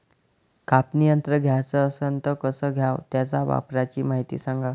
कापनी यंत्र घ्याचं असन त कस घ्याव? त्याच्या वापराची मायती सांगा